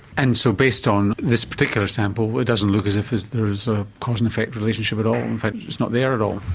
and so based on this particular sample it doesn't look as if there is a cause and effect relationship at all, in fact it's not there at all.